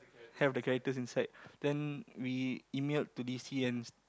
have the characters inside then we emailed to d_c and